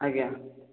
ଆଜ୍ଞା